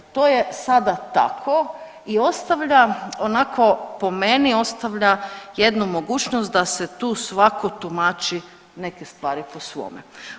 To je sada tako i ostavlja onako, po meni ostavlja jednu mogućnost da se tu svako tumači neke stvari po svome.